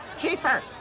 Kiefer